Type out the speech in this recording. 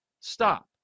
stop